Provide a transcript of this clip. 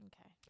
Okay